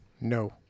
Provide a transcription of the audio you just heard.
No